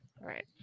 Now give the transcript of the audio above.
Right